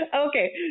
Okay